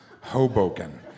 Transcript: Hoboken